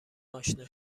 آشنا